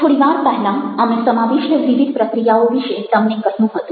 થોડી વાર પહેલાં અમે સમાવિષ્ટ વિવિધ પ્રક્રિયાઓ વિશે તમને કહ્યું હતું